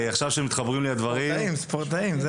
הדיון הוא על ספורטאים.